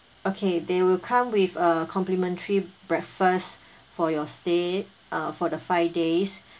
okay they will come with a complimentary breakfast for your stay uh for the five days